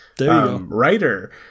writer